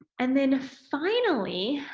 and then finally,